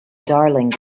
darling